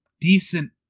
decent